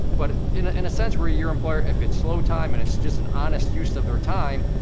but in a and sense where your employer, if it's slow time, and it's just an honest use of their time,